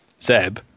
Zeb